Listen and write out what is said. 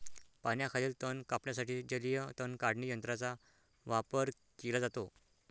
पाण्याखालील तण कापण्यासाठी जलीय तण काढणी यंत्राचा वापर केला जातो